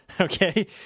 Okay